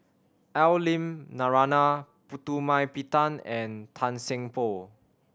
Al Lim Narana Putumaippittan and Tan Seng Poh